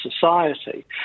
society